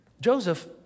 Joseph